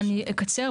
אני אקצר,